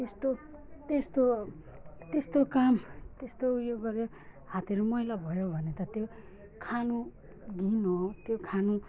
त्यस्तो त्यस्तो त्यस्तो काम त्यस्तो उयो गऱ्यो हातहरू मैला भयो भने त त्यो खानु घिन हो त्यो खानु